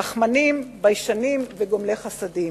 רחמנים, ביישנים וגומלי חסדים.